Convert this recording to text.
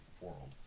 world